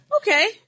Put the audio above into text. Okay